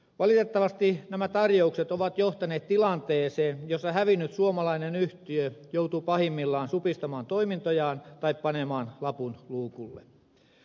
valitettavasti nämä tarjoukset ovat johtaneet tilanteeseen jossa hävinnyt suomalainen yhtiö joutuu pahimmillaan supistamaan toimintojaan tai panemaan lapun luukulle